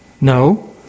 No